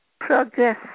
progress